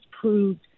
proved